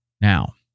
Now